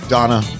Donna